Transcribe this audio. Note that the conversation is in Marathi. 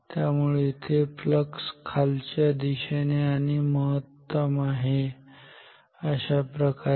त्यामुळे इथे फ्लक्स खालच्या दिशेने आणि महत्तम आहे अशाप्रकारे